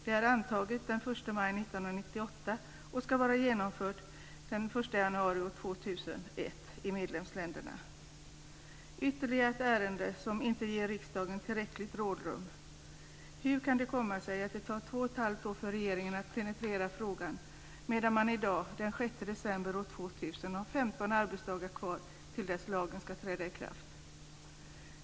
Det antogs den 1 maj 1998 och ska vara genomfört den 1 januari 2001 i medlemsländerna. Vi har här ytterligare ett ärende där riksdagen inte ges tillräckligt rådrum. Hur kan det komma sig att det tar två och ett halvt år för regeringen att penetrera frågan, medan man i dag, den 6 december 2000, har 15 arbetsdagar till dess att lagen ska träda i kraft?